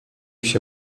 się